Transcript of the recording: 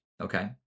okay